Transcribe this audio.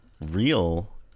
real